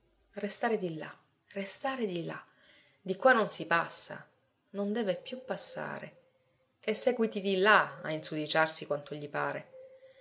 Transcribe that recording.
restare di là restare di là di qua non si passa non deve più passare che seguiti di là a insudiciarsi quanto gli pare